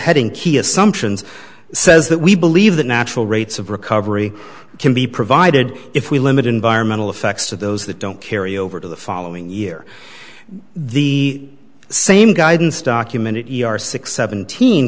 assumptions says that we believe that natural rates of recovery can be provided if we limit environmental effects of those that don't carry over to the following year the same guidance documented six seventeen